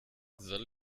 soll